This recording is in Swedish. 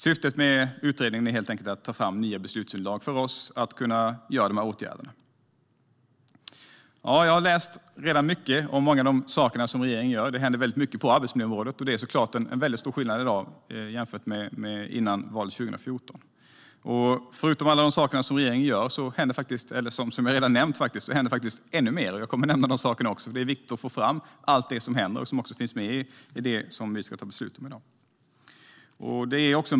Syftet med utredningen är helt enkelt att ta fram nya beslutsunderlag för oss för att vidta dessa åtgärder. Jag har tagit upp många av de saker regeringen gör. Det händer mycket på arbetsmiljöområdet. Det är stor skillnad i dag jämfört med före valet 2014. Förutom alla de saker jag redan har nämnt att regeringen gör händer ännu mer. Jag kommer att nämna dem också, eftersom det är viktigt att få fram allt som händer och som vi ska fatta beslut om i dag.